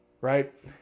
right